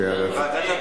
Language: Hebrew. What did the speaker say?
כלכלה.